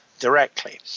directly